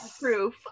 proof